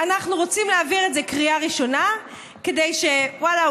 אנחנו רוצים להעביר את זה בקריאה ראשונה כדי שוואללה,